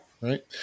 Right